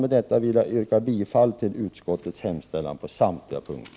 Med detta vill jag yrka bifall till utskottets hemställan på samtliga punkter.